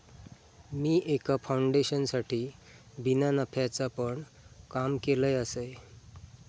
मी एका फाउंडेशनसाठी बिना नफ्याचा पण काम केलय आसय